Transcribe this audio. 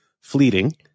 fleeting